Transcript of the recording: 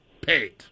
paid